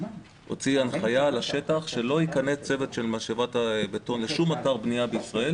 הוציא הנחיה לשטח שלא ייכנס צוות של משאבת בטון לשום אתר בנייה בישראל